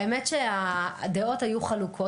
האמת שהדעות היו חלוקות.